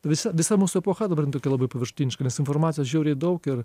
visa visa mūsų epocha dabar yra labai paviršutiniška nes informacijos žiauriai daug ir